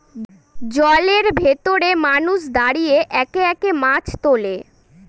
জলের ভেতরে মানুষ দাঁড়িয়ে একে একে মাছ তোলে